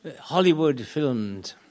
Hollywood-filmed